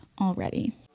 already